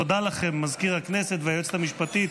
תודה לכם, מזכיר הכנסת והיועצת המשפטית,